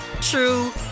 true